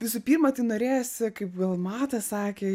visų pirma tai norėjosi kaip gal matas sakė